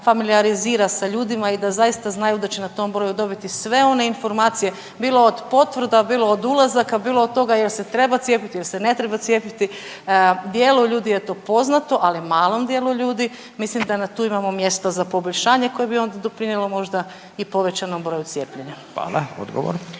familijarizira sa ljudima i da zaista znaju da će na tom broju dobiti sve one informacije bilo od potvrda, bilo od ulazaka, bilo od toga jel se treba cijepiti, jel se ne treba cijepiti, dijelu ljudi je to poznato, ali malom dijelu ljudi mislim da na tu imamo mjesta za poboljšanje koje bi onda doprinijelo možda i povećanom broju cijepljenja. **Radin,